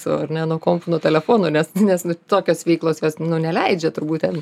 tų nuo kompų nuo telefono nes nes tokios veiklos jos nu neleidžia turbūt ten